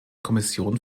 kommission